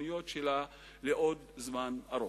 וההרסניות שלה עוד זמן רב.